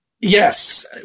yes